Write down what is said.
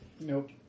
Nope